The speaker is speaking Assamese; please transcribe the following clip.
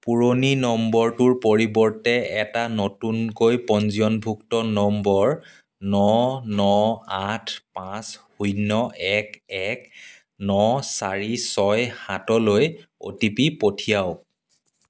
পুৰণি নম্বৰটোৰ পৰিৱৰ্তে এটা নতুনকৈ পঞ্জীয়নভুক্ত নম্বৰ ন ন আঠ পাঁচ শূন্য এক এক ন চাৰি ছয় সাতলৈ অ' টি পি পঠিয়াওক